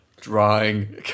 Drawing